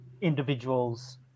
individuals